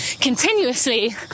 continuously